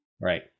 right